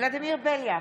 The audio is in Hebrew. ולדימיר בליאק,